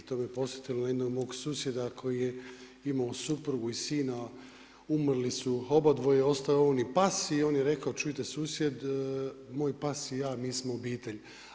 To me podsjetilo na jednog mog susjeda koji je imao suprugu i sina, umrli su obadvoje, ostao je on i pas i on je rekao, čujte susjed, moj pas i ja mi smo obitelj.